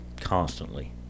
constantly